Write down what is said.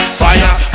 fire